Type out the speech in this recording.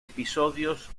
episodios